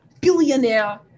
billionaire